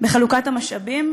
בחלוקת המשאבים,